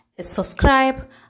subscribe